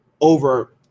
over